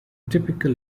typical